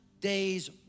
day's